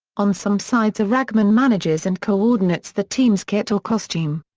on some sides a ragman manages and co-ordinates the team's kit or costume.